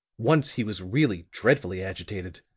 once he was really dreadfully agitated.